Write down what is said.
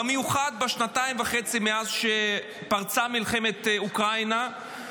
במיוחד בשנתיים וחצי מאז שפרצה מלחמת אוקראינה,